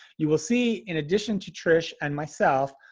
you will see in addition to trish and myself,